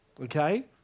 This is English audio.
okay